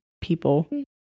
people